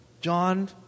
John